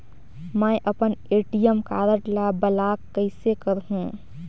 मै अपन ATM card ल ब्लाक कइसे करहूं?